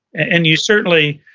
and you certainly,